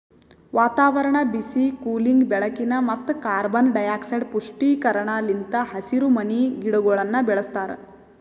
ವಾತಾವರಣ, ಬಿಸಿ, ಕೂಲಿಂಗ್, ಬೆಳಕಿನ ಮತ್ತ ಕಾರ್ಬನ್ ಡೈಆಕ್ಸೈಡ್ ಪುಷ್ಟೀಕರಣ ಲಿಂತ್ ಹಸಿರುಮನಿ ಗಿಡಗೊಳನ್ನ ಬೆಳಸ್ತಾರ